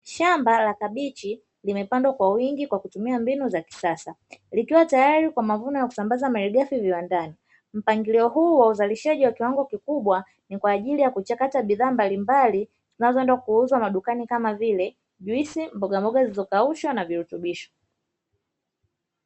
Shamba la kabichi limepandwa kwa wingi kwa kutumia mbinu za kisasa, likiwa tayari kwa mavuno kusambaza malighafi viwandani. Mpangilio huu wa uzalishaji wa kiwango kikubwa ni kwa ajili ya kuchakata bidhaa mbalimbali zinazoenda kuuzwa madukani, kama vile juisi, mbogamboga zilizokaushwa na virutubisho.